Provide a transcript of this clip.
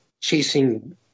chasing